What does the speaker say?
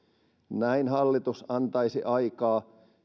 näin hallitus antaisi viranomaisillemme aikaa